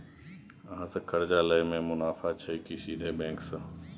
अहाँ से कर्जा लय में मुनाफा छै की सीधे बैंक से?